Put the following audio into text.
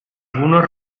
algunos